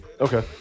Okay